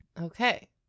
okay